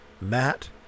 matt